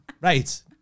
Right